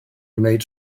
wneud